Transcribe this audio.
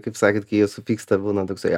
kaip sakėt kai jie supyksta būna toksai